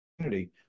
community